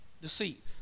deceit